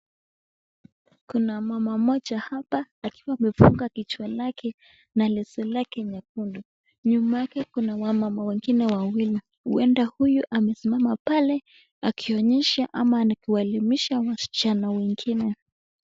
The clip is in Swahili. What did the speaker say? Kuna mama mmoja hapa akiwa amefunga kichwa chake na leso lake nyekundu , nyuma yake kuna wamama wengine wawili huenda huyu amesimama pale akionyesha ama na kuelimisha waschana wengine.